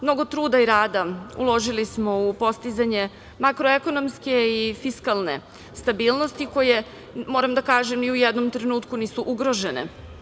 Mnogo truda i rada uložili smo u postizanje makroekonomske i fiskalne stabilnosti, koje, moram da kažem, ni u jednom trenutku nisu ugrožene.